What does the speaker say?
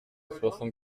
soixante